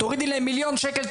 תורידו להם מיליון שקל,